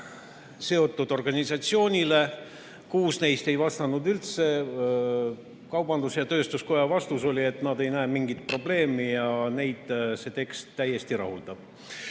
seotud organisatsioonile. Kuus neist ei vastanud üldse. Kaubandus-Tööstuskoja vastus oli, et nad ei näe mingit probleemi ja neid see tekst täiesti rahuldab.